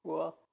go ah